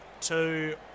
two